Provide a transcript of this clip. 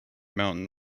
mountain